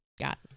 Got